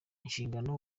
inshingano